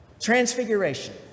Transfiguration